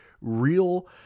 real